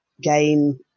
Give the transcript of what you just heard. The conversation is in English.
game